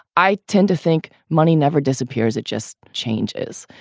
i tend to think money never disappears. it just changes.